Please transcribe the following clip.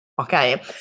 okay